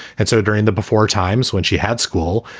and so during the before times when she had school,